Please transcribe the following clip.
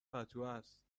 پتوهست